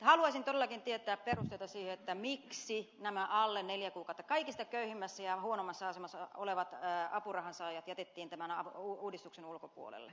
haluaisin todellakin tietää perusteita siihen miksi nämä kaikista köyhimmässä ja huonoimmassa asemassa olevat alle neljän kuukauden apurahansaajat jätettiin tämän uudistuksen ulkopuolelle